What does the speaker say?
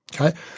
okay